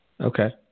Okay